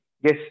Yes